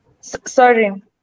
sorry